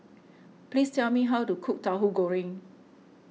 please tell me how to cook Tahu Goreng